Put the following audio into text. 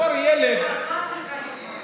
הזמן שלך נגמר.